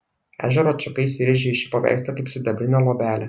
ežero atšaka įsirėžė į šį paveikslą kaip sidabrinė luobelė